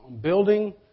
building